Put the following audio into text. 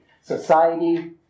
society